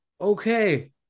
Okay